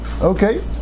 okay